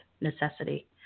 necessity